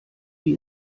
wie